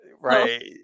Right